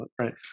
Right